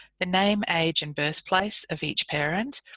the name, age and birthplace of each parent,